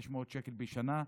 600 שקלים בשנה.